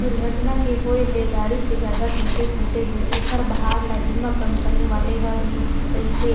दूरघटना के होय ले गाड़ी के जादा टूटे फूटे ले ओखर भार ल बीमा कंपनी वाले ह ही सहिथे